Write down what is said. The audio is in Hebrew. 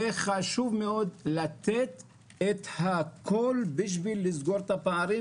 חשוב מאוד לתת הכול לסגור פערים,